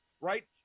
right